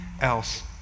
else